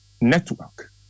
network